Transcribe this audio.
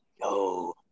Yo